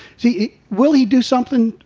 see, will he do something?